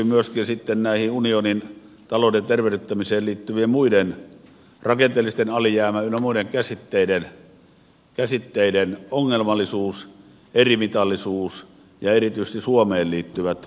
tähän liittyy myöskin unionin talouden tervehdyttämiseen liittyvien rakenteellisen alijäämän ynnä muiden käsitteiden ongelmallisuus erimitallisuus ja erityisesti suomeen liittyvät ongelmat